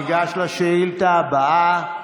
ניגש לשאילתה הבאה,